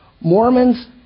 Mormons